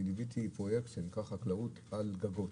אני ליוויתי פרויקטים בחקלאות על גגות,